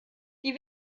die